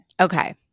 Okay